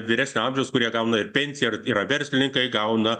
vyresnio amžiaus kurie gauna ir pensiją ir yra verslininkai gauna